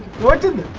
wanted the